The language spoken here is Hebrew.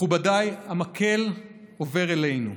מכובדיי, המקל עובר אלינו,